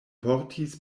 portis